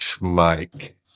Mike